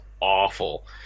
awful